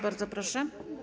Bardzo proszę.